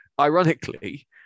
ironically